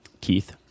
Keith